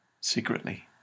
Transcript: secretly